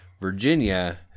Virginia